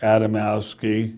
Adamowski